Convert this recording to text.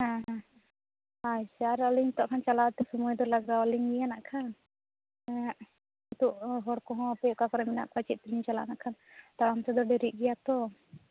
ᱦᱮᱸ ᱦᱮᱸ ᱟᱪᱪᱷᱟ ᱟᱨ ᱟᱹᱞᱤᱧ ᱛᱚ ᱪᱟᱞᱟᱣ ᱛᱮ ᱥᱚᱢᱚᱭ ᱫᱚ ᱞᱟᱜᱟᱣ ᱟᱹᱞᱤᱧ ᱜᱮᱭᱟᱜ ᱱᱟᱜᱠᱷᱟᱱ ᱱᱤᱛᱳᱜ ᱦᱚᱲ ᱠᱚᱸᱦᱚ ᱦᱟᱯᱮ ᱚᱠᱟ ᱠᱚᱨᱮ ᱢᱮᱱᱟᱜ ᱠᱚᱣᱟ ᱪᱮᱫ ᱛᱮᱞᱤᱧ ᱪᱟᱞᱟᱜᱼᱟ ᱱᱟᱜᱠᱷᱟᱱ ᱛᱟᱲᱟᱢ ᱛᱮᱫᱚ ᱫᱮᱨᱤᱜ ᱜᱮᱭᱟ ᱛᱳ